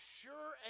sure